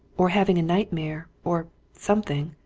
or having a nightmare, or something.